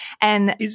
And-